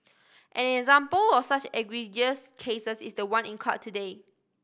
an example of such egregious cases is the one in court today